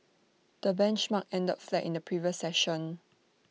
the benchmark ended flat in the previous session